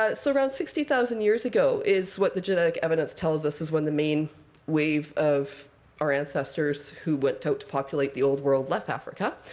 ah so around sixty thousand years ago is what the genetic evidence tells us is when the main wave of our ancestors, who went out to populate the old world, left africa.